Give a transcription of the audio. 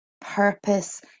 purpose